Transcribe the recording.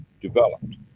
developed